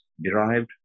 derived